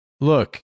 look